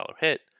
hit